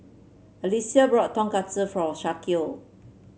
Alicia brought Tonkatsu for Shaquille